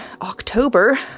October